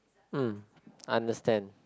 hmm understand